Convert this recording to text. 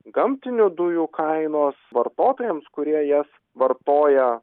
gamtinių dujų kainos vartotojams kurie jas vartoja